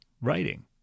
writing